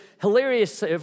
hilarious